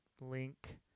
link